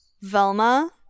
Velma